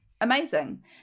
amazing